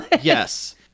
yes